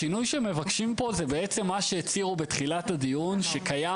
השינוי שמבקשים פה זה מה שהצהירו בתחילת הדיון שקיים